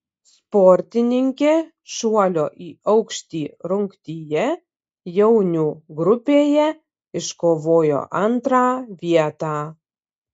sportininkė šuolio į aukštį rungtyje jaunių grupėje iškovojo antrą vietą